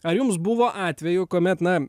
ar jums buvo atvejų kuomet na